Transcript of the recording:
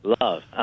love